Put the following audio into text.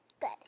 Good